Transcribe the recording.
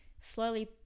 slowly